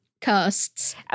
costs